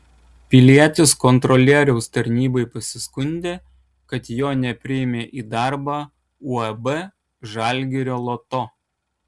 pilietis kontrolieriaus tarnybai pasiskundė kad jo nepriėmė į darbą uab žalgirio loto